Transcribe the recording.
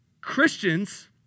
Christians